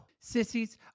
Sissies